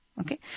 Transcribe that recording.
okay